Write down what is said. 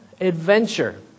adventure